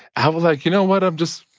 i was like, you know what, i'm just,